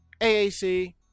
AAC